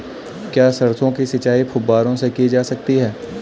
क्या सरसों की सिंचाई फुब्बारों से की जा सकती है?